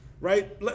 right